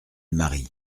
mari